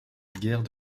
guerre